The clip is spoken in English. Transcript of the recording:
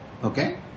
Okay